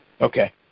Okay